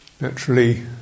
naturally